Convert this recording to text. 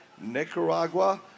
Nicaragua